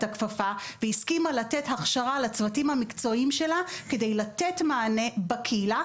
הכפפה והסכימה לתת הכשרה לצוותים המקצועיים שלה כדי לתת מענה בקהילה,